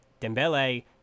Dembele